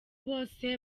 bose